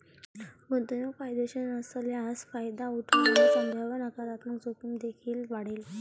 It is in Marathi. गुंतवणूक फायदेशीर नसल्यास फायदा उठवल्याने संभाव्य नकारात्मक जोखीम देखील वाढेल